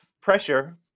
pressure